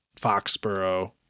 Foxborough